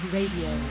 Radio